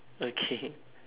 okay